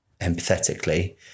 empathetically